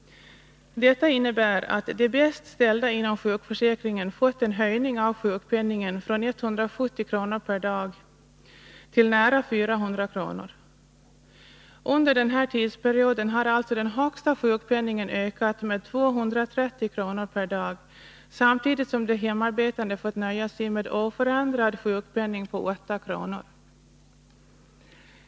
Detta innebär att de bäst ställda inom sjukförsäkringen fått en höjning av sjukpenningen från 170 kr. per dag till nära 400 kr. Under den här tidsperioden har alltså den högsta sjukpenningen ökat med 230 kr. per dag, samtidigt som de hemarbetande fått nöja sig med oförändrad sjukpenning på 8 kr.